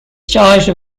charged